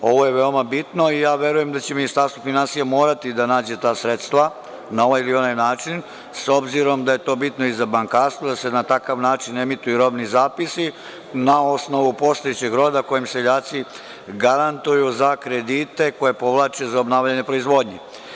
Ovo je veoma bitno i ja verujem da će Ministarstvo finansija morati da nađe ta sredstva na ovaj ili onaj način, s obzirom da je bitno i za bankarstvo da se na takav načine ne emituju robni zapisi na osnovu postojećeg roda kojim seljaci garantuju za kredite koje povlače za obnavljanje proizvodnje.